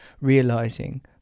realizing